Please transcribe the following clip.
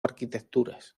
arquitecturas